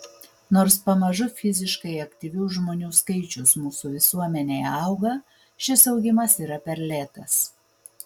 nors pamažu fiziškai aktyvių žmonių skaičius mūsų visuomenėje auga šis augimas yra per lėtas